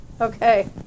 Okay